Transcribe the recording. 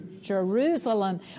Jerusalem